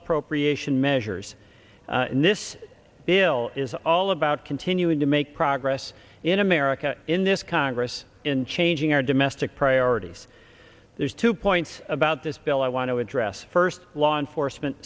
appropriation measures and this bill is all about continuing to make progress in america in this congress in changing our domestic priorities there's two points about this bill i want to address first law enforcement